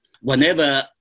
whenever